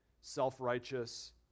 self-righteous